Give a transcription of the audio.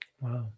Wow